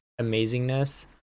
amazingness